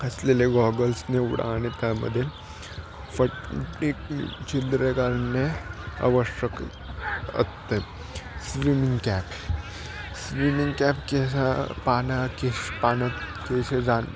असलेले गॉगल्स निवडा आणि त्यामध्ये आवश्यक असते स्विमिंग कॅप स्विमिंग कॅप केसा पाना केस पान केस जान